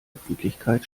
öffentlichkeit